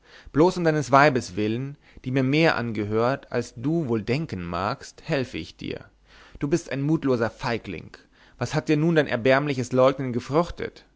bloß um deines weibes willen die mir mehr angehört als du wohl denken magst helfe ich dir du bist ein mutloser feigling was hat dir nun dein erbärmliches leugnen gefruchtet